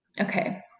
okay